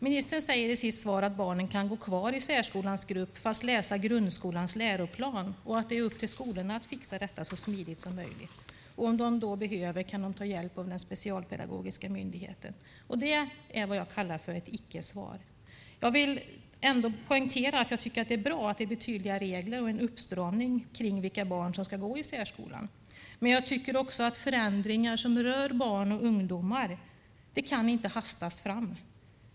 Ministern säger i sitt svar att barnen kan gå kvar i särskolans grupp men läsa enligt grundskolans läroplan, att det är upp till skolorna att fixa detta så smidigt som möjligt och att om de behöver kan de ta hjälp av den specialpedagogiska myndigheten. Det är vad jag kallar för ett icke-svar. Jag vill ändå poängtera att jag tycker att det är bra att det blir tydliga regler och en uppstramning av vilka barn som ska gå i särskolan. Men jag tycker också att förändringar som rör barn och ungdomar inte kan hastas fram.